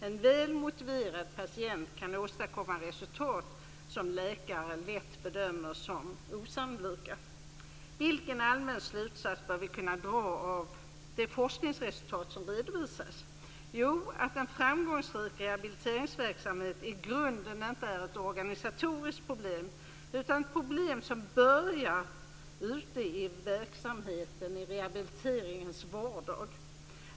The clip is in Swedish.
En väl motiverad patient kan åstadkomma resultat som läkare lätt bedömer som osannolika. Vilken allmän slutsats bör vi kunna dra av de forskningsresultat som redovisades? Jo, att en framgångsrik rehabiliteringsverksamhet i grunden inte är ett organisatoriskt problem utan ett problem som börjar ute i verksamheten i rehabiliteringens vardag.